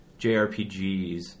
JRPGs